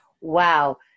wow